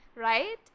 right